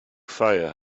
fire